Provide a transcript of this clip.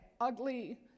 ugly